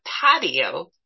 patio